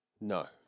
No